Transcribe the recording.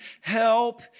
help